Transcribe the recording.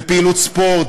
בפעילות ספורט,